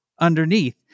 underneath